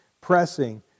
pressing